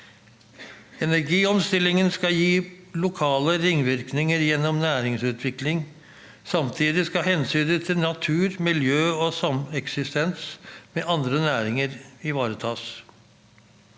Energiomstillingen skal gi lokale ringvirkninger gjennom næringsutvikling. Samtidig skal hensynet til natur, miljø og sameksistens med andre næringer ivaretas.